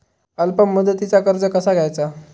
अल्प मुदतीचा कर्ज कसा घ्यायचा?